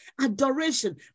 adoration